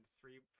three